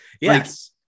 yes